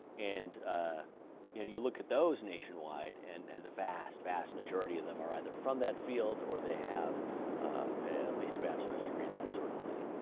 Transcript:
and ah you know you look at those nationwide, and and the vast, vast majority of them are either from that field, or they have at least a bachelor's degree, that sort of thing.